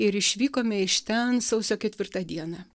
ir išvykome iš ten sausio ketvirtą dieną